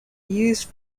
used